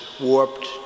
warped